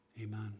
Amen